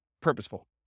purposeful